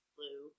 Blue